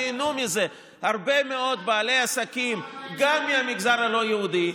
ייהנו מזה הרבה מאוד בעלי עסקים גם מהמגזר הלא-יהודי,